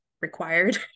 required